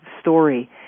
story